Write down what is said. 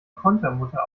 kontermutter